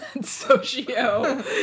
socio